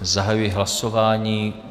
Zahajuji hlasování.